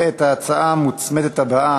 את ההצעה המוצמדת הבאה,